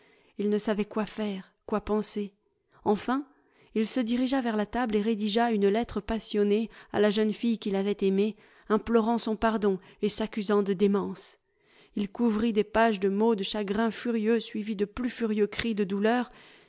il ne savait quoi faire quoi penser enfin il se dirigea vers la table et rédigea une lettre passionnée à la jeune fille qu'il avait aimée implorant son pardon et s'accusant de démence il couvrit des pages de mots de chagrin furieux suivis de plus furieux cris de douleur